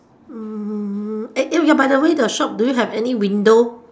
mm eh by the way the shop do you have any window